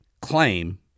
claim